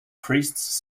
priests